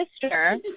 sister